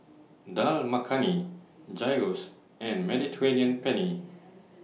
Dal Makhani Gyros and Mediterranean Penne